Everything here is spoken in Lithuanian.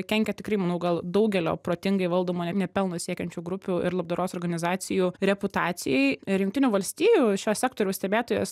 kenkia tikrai manau gal daugelio protingai valdomo ne pelno siekiančių grupių ir labdaros organizacijų reputacijai ir jungtinių valstijų šio sektoriaus stebėtojas